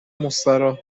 مستراح